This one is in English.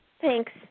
Thanks